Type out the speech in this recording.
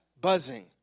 buzzing